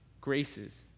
graces